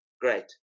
Great